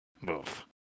move